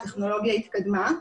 הטכנולוגיה התקדמה.